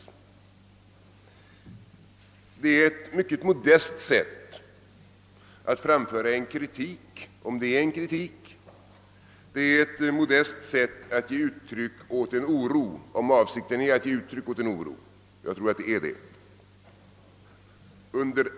Det är ett mycket modest sätt att framföra en kritik — om det är en sådan. Det är ett modest sätt att ge uttryck åt en oro — om avsikten är att ge uttryck för en oro och jag tror att så är fallet.